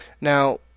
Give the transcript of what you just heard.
Now